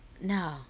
no